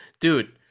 Dude